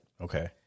Okay